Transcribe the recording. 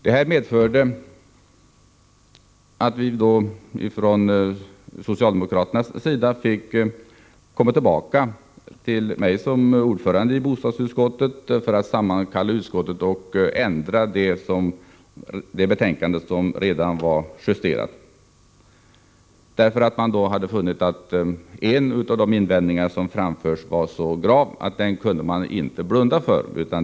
Detta medförde att socialdemokraterna fick komma tillbaka till mig, som ordförande i bostadsutskottet, för att jag skulle sammankalla utskottet och göra förändringar i det betänkande som redan var justerat. Socialdemokraterna hade nämligen funnit att en av de invändningar som hade framförts var så grav att det inte gick att blunda för den.